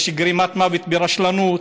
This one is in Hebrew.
יש גרימת מוות ברשלנות,